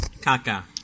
Kaka